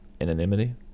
anonymity